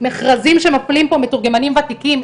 מכרזים שמפלים פה מתורגמנים ותיקים,